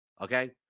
okay